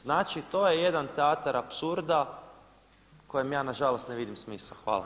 Znači to je jedan teatar apsurda kojem ja nažalost ne vidim smisao.